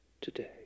today